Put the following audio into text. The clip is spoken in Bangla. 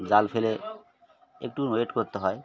জাল ফেলে একটু ওয়েট করতে হয়